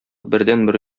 бердәнбер